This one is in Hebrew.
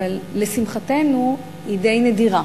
אבל לשמחתנו היא די נדירה.